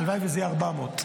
הלוואי שזה יהיה 400,